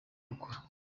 gukora